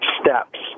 steps